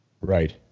Right